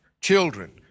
children